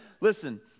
listen